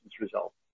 results